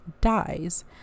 dies